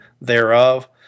thereof